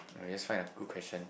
okay let's find a good question